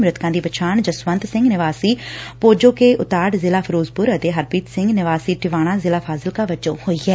ਮ੍ਰਿਤਕਾਂ ਦੀ ਪਛਾਣ ਜਸਵੰਤ ਸਿੰਘ ਨਿਵਾਸੀ ਪੋਜੋ ਕੇ ਉਤਾੜ ਜ਼ਿਲ਼ਾ ਫਿਰੋਜ਼ਪੁਰ ਅਤੇ ਹਰਪ੍ਰੀਤ ਸਿੰਘ ਨਿਵਾਸੀ ਟਿਵਾਣਾ ਜ਼ਿਲ੍ਹਾ ਫਾਜ਼ਿਲਕਾ ਵਜੋਂ ਹੋਈ ਏ